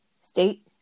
state